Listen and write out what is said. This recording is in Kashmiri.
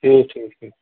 ٹھیٖک ٹھیٖک ٹھیٖک